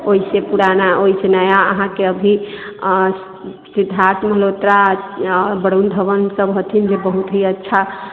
ओहिसँ पुराना ओहिसँ नया अहाँके अभी सिद्धार्थ मल्होत्रा आओर वरुण धवनसभ हथिन जे बहुत ही अच्छा